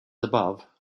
above